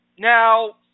Now